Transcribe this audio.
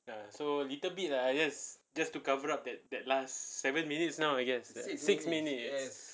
ah so little bit lah just just to cover up that that last seven minutes now I guess six minute yes